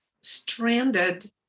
stranded